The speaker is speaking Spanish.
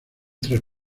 tres